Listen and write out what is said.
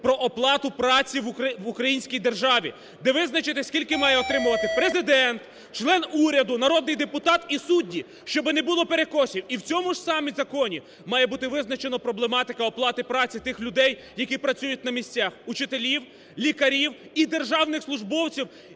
про оплату праці в Українській державі, де визначити, скільки має отримувати Президент, член уряду, народний депутат і судді. Щоби не було перекосів. І в цьому ж самому законі має бути визначена проблематика оплати праці тих людей, які працюють на місцях: учителів, лікарів і державних службовців,